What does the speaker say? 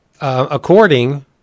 According